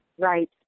Right